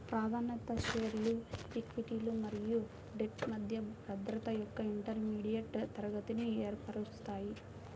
ప్రాధాన్యత షేర్లు ఈక్విటీలు మరియు డెట్ మధ్య భద్రత యొక్క ఇంటర్మీడియట్ తరగతిని ఏర్పరుస్తాయి